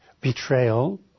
betrayal